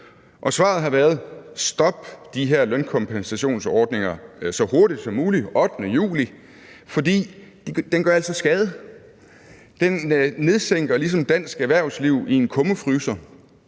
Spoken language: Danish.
svaret har været: Stop den her lønkompensationsordning så hurtigt som muligt, den 8. juli, fordi den altså gør skade. Den nedsænker ligesom dansk erhvervsliv i en kummefryser.